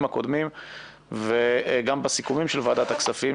הקודמים וגם בסיכומים של ועדת הכספים,